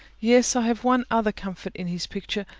yes, i have one other comfort in his picture,